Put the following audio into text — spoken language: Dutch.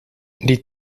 die